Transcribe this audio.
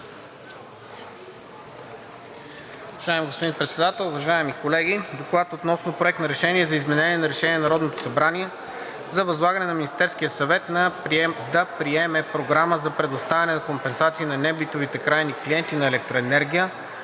Уважаеми господин Председател, уважаеми колеги! „ДОКЛАД относно Проект на решение за изменение на Решение на Народното събрание за възлагане на Министерския съвет да приеме програма за предоставяне на компенсации на небитовите крайни клиенти на електроенергия,